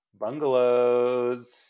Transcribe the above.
bungalows